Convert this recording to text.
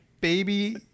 baby